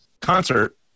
concert